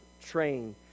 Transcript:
train